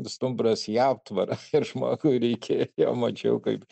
stumbras į aptvarą ir žmogui reikėjo mačiau kaip